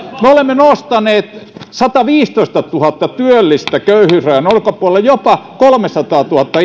me olemme nostaneet sataviisitoistatuhatta työllistä köyhyysrajan ulkopuolelle jopa kolmesataatuhatta